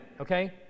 okay